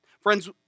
Friends